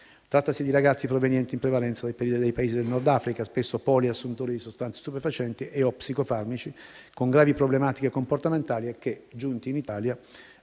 Trattasi di ragazzi provenienti in prevalenza dei Paesi del Nordafrica, spesso poliassuntori di sostanze stupefacenti e/o psicofarmaci, con gravi problematiche comportamentali e che, giunti in Italia,